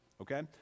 Okay